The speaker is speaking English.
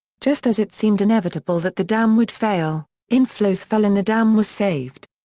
just as it seemed inevitable that the dam would fail, inflows fell and the dam was saved.